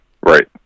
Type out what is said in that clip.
Right